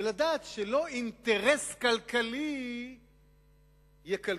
ולדעת שלא אינטרס כלכלי יקלקל,